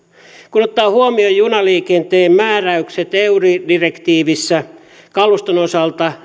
kun ottaa huomioon junaliikenteen määräykset eu direktiivissä kaluston osalta